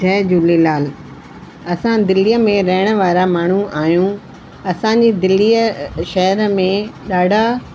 जय झूलेलाल असां दिल्लीअ में रहण वारा माण्हू आहियूं असांजी दिल्लीअ शहर में ॾाढा